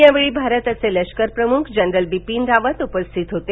यावेळी भारताचे लष्कर प्रमुख जनरल बिपीन रावत उपस्थित होते